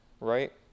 right